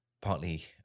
partly